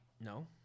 No